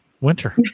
winter